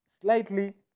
slightly